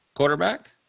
quarterback